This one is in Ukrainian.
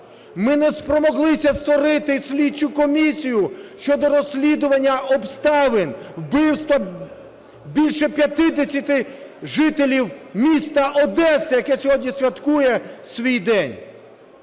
Ми не спромоглися створити слідчу комісію щодо розслідування обставин вбивства більше 50 жителів міста Одеси, яке сьогодні святкує свій день.